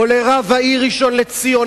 או לרב העיר ראשון-לציון,